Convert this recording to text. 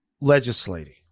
legislating